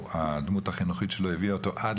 הדמות החינוכית שלו הביאה אותו עד